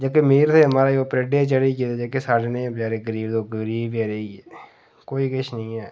जेह्के अमीर हे महाराज ओह् परेडा गी चली गेदे जेह्के साढ़े नेह् गरीब ओह् गरीब गै रेही गे कोई किश नेईं ऐ